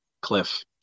Cliff